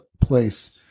place